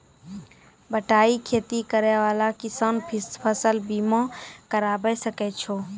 बटाई खेती करै वाला किसान फ़सल बीमा करबै सकै छौ?